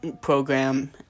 program